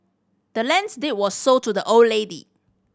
the land's deed was sold to the old lady